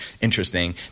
interesting